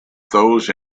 those